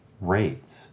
rates